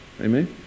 Amen